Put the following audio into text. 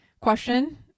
question